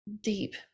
deep